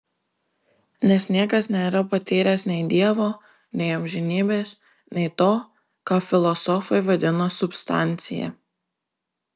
nes niekas nėra patyręs nei dievo nei amžinybės nei to ką filosofai vadina substancija